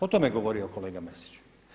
O tome je govorio kolega Mrsić.